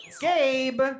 Gabe